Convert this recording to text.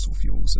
fuels